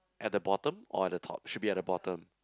at the bottom or at the top should be at the bottom